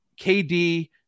KD